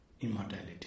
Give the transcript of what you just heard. immortality